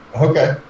Okay